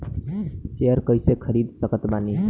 Share कइसे खरीद सकत बानी?